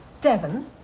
Devon